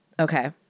okay